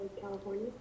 California